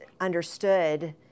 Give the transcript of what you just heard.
understood